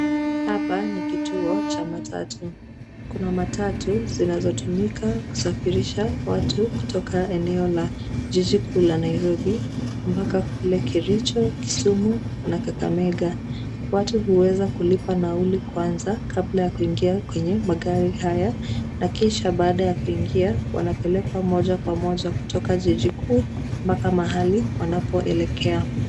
Hapa ni kituo cha matatu. Kuna matatu zinazotumika kusafirisha watu kutoka eneo la jiji kuu la Nairobi mpaka kule Kericho, Kisumu na Kakamega. Watu huweza kulipa nauli kwanza kabla ya kuingia kwenye magari haya na kisha baada ya kuingia, wanapelekwa moja kwa moja kutoka jiji kuu mpaka mahali wanapoelekea.